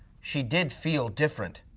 she did feel different,